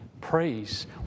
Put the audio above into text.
Praise